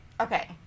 Okay